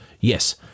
Yes